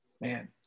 man